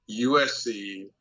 USC